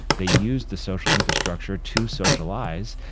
they used the social infrastructure to socialize,